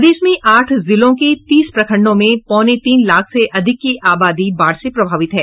प्रदेश में आठ जिलों के तीस प्रखंडों में पौने तीन लाख से अधिक की आबादी बाढ़ से प्रभावित है